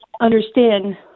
understand